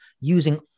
using